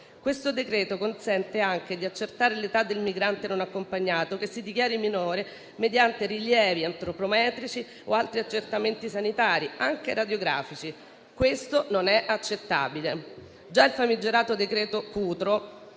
Questo decreto consente anche di accertare l'età del migrante non accompagnato, che si dichiari minore, mediante rilievi antropometrici o altri accertamenti sanitari, anche radiografici. Questo non è accettabile. Già il famigerato decreto Cutro